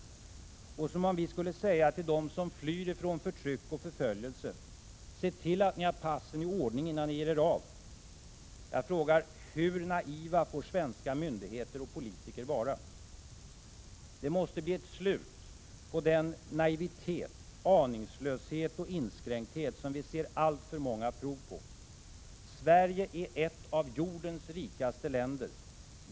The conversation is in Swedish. Och som om vi skulle säga till dem som flyr från förtryck och förföljelse: Se till att ni har passen i ordning innan ni ger er av! Hur naiva får svenska myndigheter och politiker vara? Det måste bli ett slut på den naivitet, aningslöshet och inskränkthet som vi ser alltför många prov på. Sverige är ett av jordens rikaste länder.